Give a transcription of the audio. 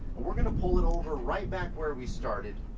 and we're gonna pull it over right back where we started.